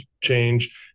change